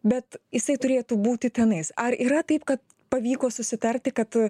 bet jisai turėtų būti tenais ar yra taip kad pavyko susitarti kad